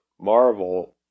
Marvel